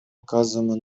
оказываемую